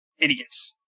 Idiots